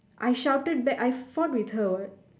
I shouted back I fought with her what